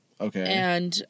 Okay